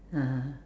(uh huh)